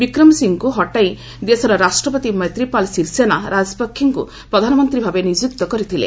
ବିକ୍ରମାସିଂହଙ୍କୁ ହଟାଇ ଦେଶର ରାଷ୍ଟ୍ରପତି ମୈତ୍ରିପାଳ ସିରିସେନା ରାଜପକ୍ଷେଙ୍କୁ ପ୍ରଧାନମନ୍ତ୍ରୀ ଭାବେ ନିଯୁକ୍ତ କରିଥିଲେ